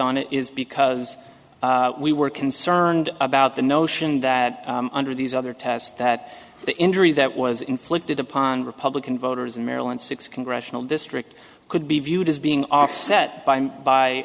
on it is because we were concerned about the notion that under these other tests that the injury that was inflicted upon republican voters in maryland six congressional district could be viewed as being offset by by